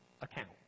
account